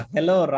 Hello